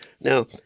Now